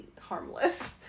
harmless